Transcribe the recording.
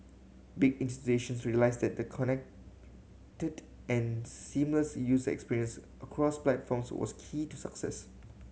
big institutions realised that the connected and seamless use experience across platforms was key to success